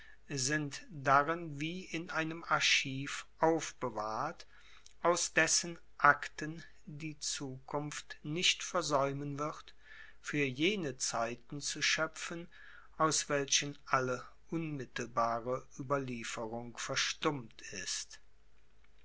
sind darin wie in einem archiv aufbewahrt aus dessen akten die zukunft nicht versaeumen wird fuer jene zeiten zu schoepfen aus welchen alle unmittelbare ueberlieferung verstummt ist